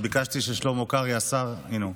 ביקשתי ששלמה קרעי, השר, הינה הוא.